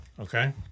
Okay